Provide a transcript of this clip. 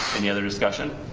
any other discussion